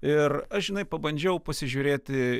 ir aš žinai pabandžiau pasižiūrėti